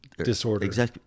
Disorder